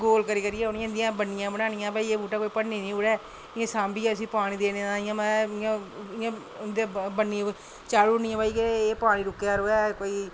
कोल करी करियै ते उंदियां भई ब'न्नियां बनानियां ते बूह्टा कोई भन्नी निं ओड़ै इं'या सांभियै उसी पानी देने दा ते इं'या उं'दे ब'न्नियै पर चाढ़ी ओड़नियां कि एह् भाई पानी रुके दा र'वै